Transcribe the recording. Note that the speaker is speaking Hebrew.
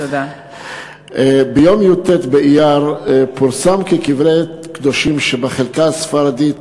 ביום י"ט באייר פורסם כי קברי קדושים שבחלקה הספרדית